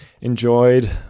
enjoyed